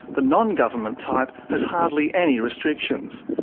the non-government type has hardly any restrictions.